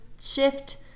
shift